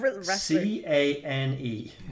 c-a-n-e